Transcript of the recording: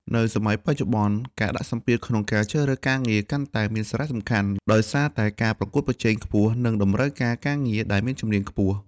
នៅសម័យបច្ចុប្បន្ន ការដាក់សម្ពាធក្នុងការជ្រើសរើសការងារកាន់តែមានសារៈសំខាន់ ដោយសារតែការប្រកួតប្រជែងខ្ពស់ និងតម្រូវការការងារដែលមានជំនាញខ្ពស់។